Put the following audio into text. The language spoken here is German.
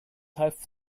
half